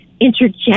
interject